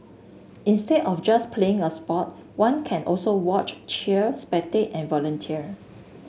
instead of just playing a sport one can also watch cheer spectate and volunteer